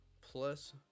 plus